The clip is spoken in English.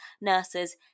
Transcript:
nurses